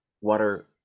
Water